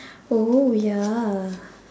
oh ya